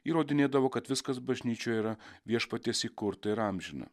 įrodinėdavo kad viskas bažnyčioj yra viešpaties įkurta ir amžina